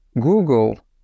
Google